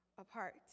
apart